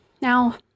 now